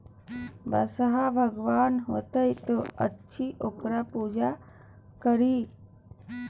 बसहा भगवान होइत अछि ओकर पूजा करी